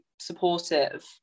supportive